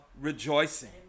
rejoicing